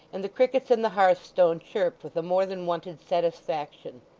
and the crickets in the hearthstone chirped with a more than wonted satisfaction.